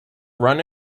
run